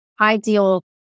ideal